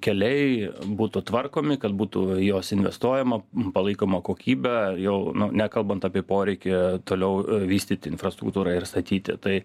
keliai būtų tvarkomi kad būtų į jos investuojama palaikoma kokybė jau nekalbant apie poreikį toliau vystyti infrastruktūrą ir statyti tai